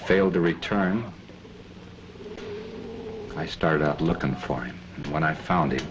failed to return i started out looking for him when i found